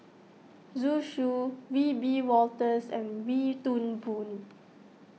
Zhu Xu Wiebe Wolters and Wee Toon Boon